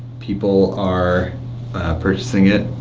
people are purchasing it.